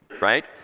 right